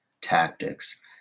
tactics